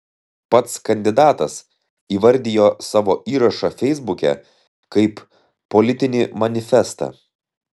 pats kandidatas įvardijo savo įrašą feisbuke kaip politinį manifestą